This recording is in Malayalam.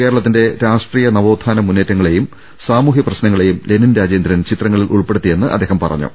കേരളത്തിന്റെ രാഷ്ട്രീയ നവോത്ഥാന മുന്നേറ്റങ്ങളെയും സാമൂ ഹൃപ്രശ്നങ്ങളെയും ലെനിൻ രാജേന്ദ്രൻ ചിത്രങ്ങളിൽ ഉൾപ്പെടുത്തിയെന്ന് അദ്ദേഹം പറഞ്ഞു